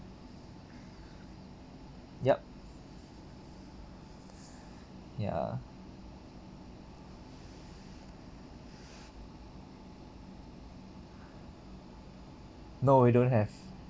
yup ya no we don't have